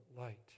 light